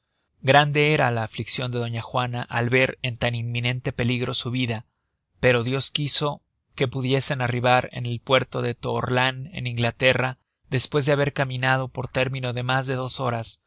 grande era la afliccion de doña juana al ver en tan inminente peligro su vida pero dios quiso pudiesen arribar en el puerto de toorlan en inglaterra despues de haber caminado por término de mas de dos horas